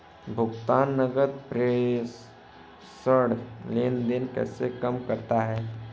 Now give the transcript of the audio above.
भुगतान नकद प्रेषण लेनदेन कैसे काम करता है?